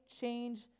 change